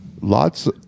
lots